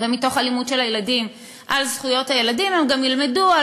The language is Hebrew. ומתוך הלימוד של הילדים על זכויות הילדים הם גם ילמדו על